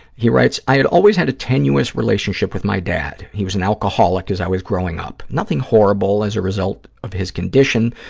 he writes, i had always had a tenuous relationship with my dad. he was an alcoholic as i was growing up, nothing horrible as a result of his condition,